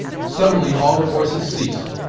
suddenly all the voices ceased,